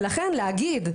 ולכן ולהגיד,